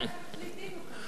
פליטים אני מוכנה.